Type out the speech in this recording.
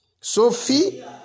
Sophie